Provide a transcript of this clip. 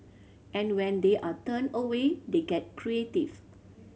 and when they are turned away they get creative